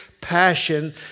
passion